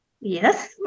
Yes